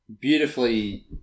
beautifully